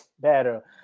Better